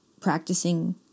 practicing